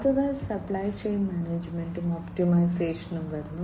അടുത്തതായി supply chain മാനേജ്മെന്റും ഒപ്റ്റിമൈസേഷനും വരുന്നു